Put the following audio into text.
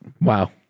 Wow